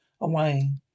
away